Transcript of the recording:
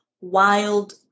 wild